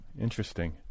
Interesting